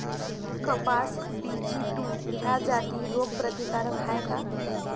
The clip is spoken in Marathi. कपास बी.जी टू ह्या जाती रोग प्रतिकारक हाये का?